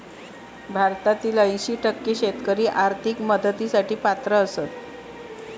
भारतातील ऐंशी टक्के शेतकरी आर्थिक मदतीसाठी पात्र आसत